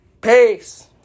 Peace